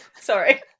Sorry